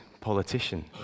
politician